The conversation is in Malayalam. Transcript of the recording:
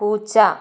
പൂച്ച